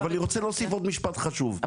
אבל אני רוצה להוסיף עוד משפט חשוב,